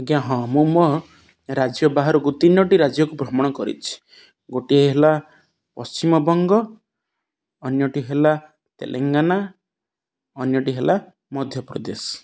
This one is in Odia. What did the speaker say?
ଆଜ୍ଞା ହଁ ମୁଁ ମୋ ରାଜ୍ୟ ବାହାରକୁ ତିନୋଟି ରାଜ୍ୟକୁ ଭ୍ରମଣ କରିଛି ଗୋଟିଏ ହେଲା ପଶ୍ଚିମବଙ୍ଗ ଅନ୍ୟଟି ହେଲା ତେଲେଙ୍ଗାନା ଅନ୍ୟଟି ହେଲା ମଧ୍ୟପ୍ରଦେଶ